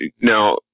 Now